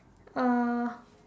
uh